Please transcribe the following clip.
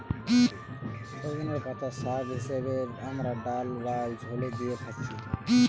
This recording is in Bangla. সজনের পাতা শাগ হিসাবে আমরা ডাল বা ঝোলে দিয়ে খাচ্ছি